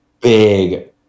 big